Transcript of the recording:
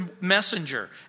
messenger